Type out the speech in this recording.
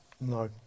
No